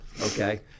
Okay